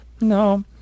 No